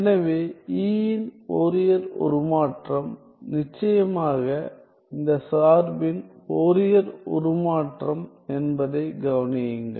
எனவே E இன் Fourier உருமாற்றம் நிச்சயமாக இந்த சார்பின் ஃபோரியர் உருமாற்றம் என்பதை கவனியுங்கள்